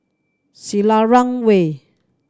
Selarang Way